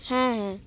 হ্যাঁ হ্যাঁ